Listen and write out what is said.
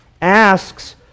asks